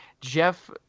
Jeff